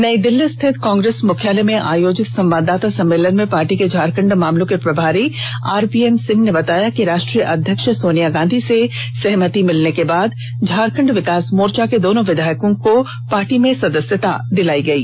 नई दिल्ली स्थित कांग्रेस मुख्यालय में आयोजित संवाददाता सम्मेलन में पार्टी के झारखंड मामलों के प्रभारी आरपीएन सिंह ने बताया कि राष्ट्रीय अध्यक्ष सोनिया गांधी से सहमति मिलने के बाद झारखंड विकास मोर्चा के दोनों विधायकों को पार्टी की सदस्यता दिलायी गयी